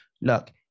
look